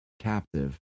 captive